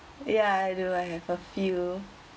yeah I do I have a few